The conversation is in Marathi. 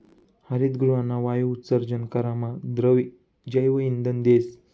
हरितगृहना वायु उत्सर्जन करामा द्रव जैवइंधन देस